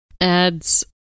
adds